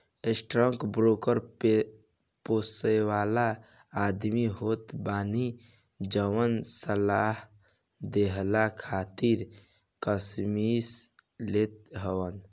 stockbroker पेशेवर आदमी होत बाने जवन सलाह देहला खातिर कमीशन लेत हवन